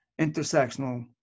intersectional